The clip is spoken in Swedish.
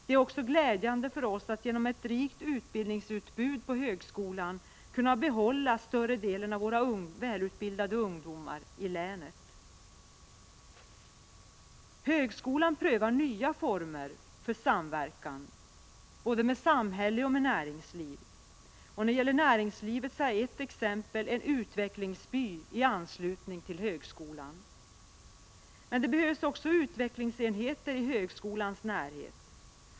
Det är också glädjande för oss att genom ett rikt utbildningsutbud på högskolan kunna behålla större delen av våra välutbildade ungdomar i länet. Högskolan prövar nya former för samverkan med både samhälle och näringsliv. Ett exempel är en utvecklingsby i anslutning till högskolan. Men det behövs också utvecklingsenheter i högskolans närhet.